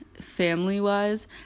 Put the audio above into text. family-wise